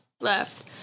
left